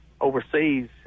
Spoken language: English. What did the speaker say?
overseas